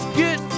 get